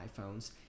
iPhones